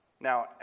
Now